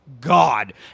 God